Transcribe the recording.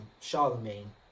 Charlemagne